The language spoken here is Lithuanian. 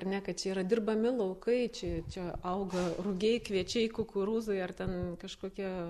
ar ne kad čia yra dirbami laukai čia čia auga rugiai kviečiai kukurūzai ar ten kažkokie